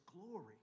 glory